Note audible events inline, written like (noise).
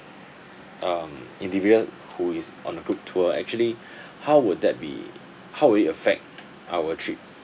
um individual who is on a group tour actually (breath) how would that be how would it affect our trip